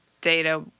data